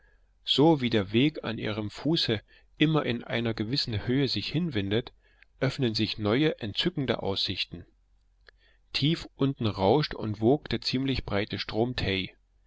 so wie der weg an ihrem fuße immer in einer gewissen höhe sich hinwindet öffnen sich neue entzückende aussichten tief unten rauscht und wogt der ziemlich breite strom tay